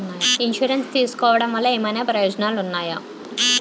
Insurance తీసుకోవటం వల్ల ఏమైనా ప్రయోజనాలు ఉన్నాయా?